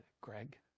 Greg